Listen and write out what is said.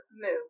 move